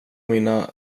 mina